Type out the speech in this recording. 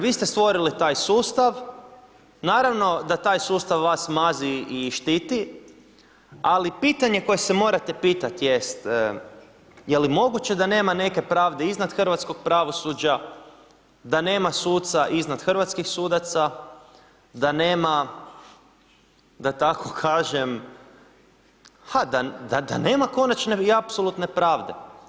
Vi ste stvorili taj sustav, naravno da taj sustav vas mazi i štiti, ali pitanje koje se morate pitati jest je li moguće da nema neke pravde iznad hrvatskog pravosuđa, da nema suca iznad hrvatskih sudaca da nema da tako kažem, pa da nema konačne i apsolutne pravde.